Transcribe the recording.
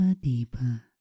deeper